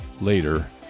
later